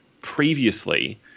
previously